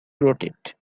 rotate